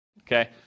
okay